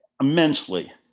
immensely